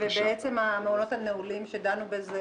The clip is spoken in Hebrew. המעונות הנעולים שדנו בהם,